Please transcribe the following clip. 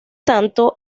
tanto